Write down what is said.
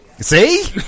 See